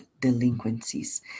delinquencies